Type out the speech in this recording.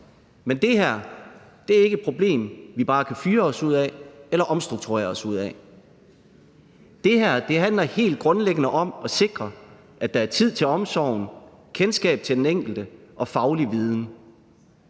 Men det her er ikke et problem, vi bare kan fyre os ud af eller omstrukturere os ud af. Det her handler helt grundlæggende om at sikre, at der er tid til omsorgen, kendskab til den enkelte og faglig viden.